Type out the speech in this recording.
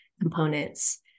components